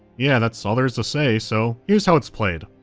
yeah, that's all there is to say, so here's how it's played.